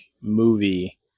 movie